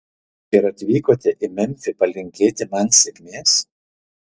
ir atvykote į memfį palinkėti man sėkmės